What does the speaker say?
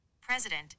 President